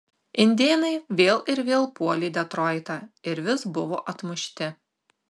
indėnai vėl ir vėl puolė detroitą ir vis buvo atmušti